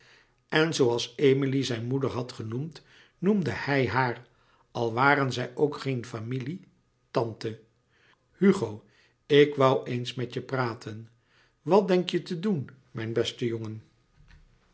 en zooals emilie zijn moeder had genoemd noemde hij haar al waren zij ook gee familie tante hugo ik woû eens met je praten wat denk je te doen mijn beste jongen